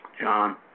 John